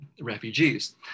refugees